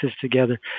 together